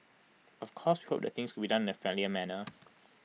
of course we hope that things could be done in A friendlier manner